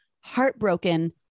heartbroken